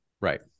right